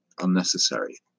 unnecessary